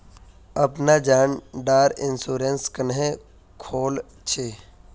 अपना जान डार इंश्योरेंस क्नेहे खोल छी?